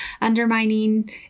undermining